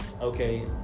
okay